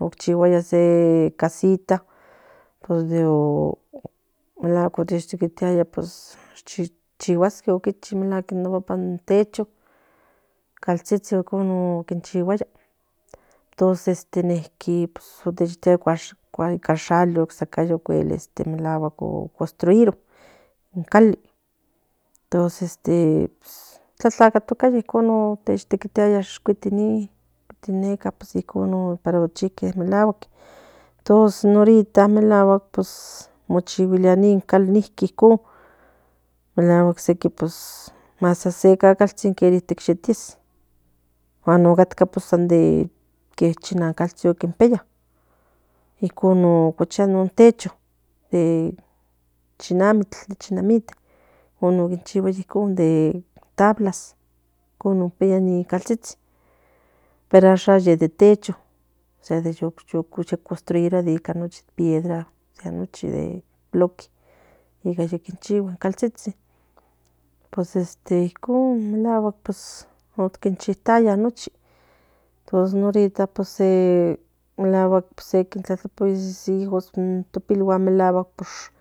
otchigiaya se casita pues melaguack chihuaya ichi in techo clatsitsin ichigua entonces pues ibca in shali conteuiro in cali entonces tlacatotliaya culito in non neca para ochike meleguak pues ahorita ni cali ninkinicok melaguack se calcantsin se ye tues tsinangato piaya de chinamitl de chinamitl chihuaya icon de tablas opiaya ni clatsitsin de costriirua de pierda bloq icon pues melaguack nochi entonces in ahorita melaguack tlatlapius melaguack